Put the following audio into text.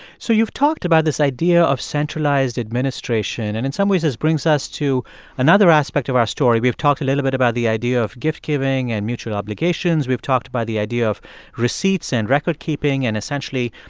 so you've talked about this idea of centralized administration, and in some ways, this brings us to another aspect of our story. we've talked a little bit about the idea of gift giving and mutual obligations. we've talked about the idea of receipts and recordkeeping and essentially,